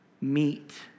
meet